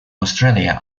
australia